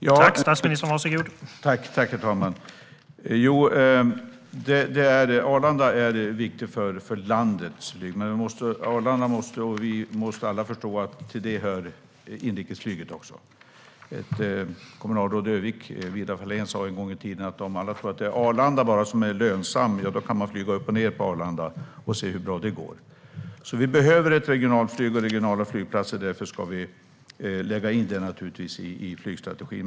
Herr talman! Arlanda är viktigt för landet. Vi måste alla förstå att inrikesflyget hör dit också. Ett kommunalråd i Örnsköldsvik, Vidar Fahlén, sa en gång att om alla tror att det bara är Arlanda som är lönsamt kan man ju flyga upp och ned på Arlanda och se hur bra det går. Vi behöver regionalt flyg och regionala flygplatser. Därför ska vi naturligtvis lägga in det i flygstrategin.